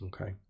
Okay